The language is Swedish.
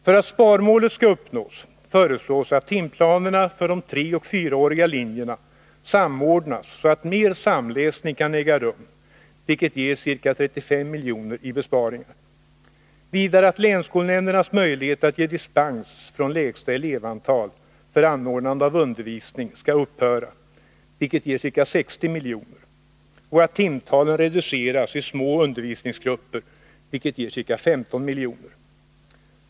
För att sparmålet skall uppnås föreslås, att timplanerna för de 3 och 4-åriga linjerna samordnas så att mer samläsning kan äga rum, vilket ger ca 35 milj.kr. i besparingar, vidare att länsskolnämndernas möjlighet att ge dispens från lägsta elevantal för anordnande av undervisning skall upphöra, vilket ger ca 60 milj.kr., och att timtalen reduceras i små undervisningsgrupper, vilket ger ca 15 milj.kr.